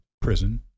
prison